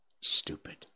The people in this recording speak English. stupid